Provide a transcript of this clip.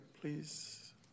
please